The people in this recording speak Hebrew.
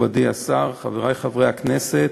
מכובדי השר, חברי חברי הכנסת,